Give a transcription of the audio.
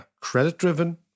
credit-driven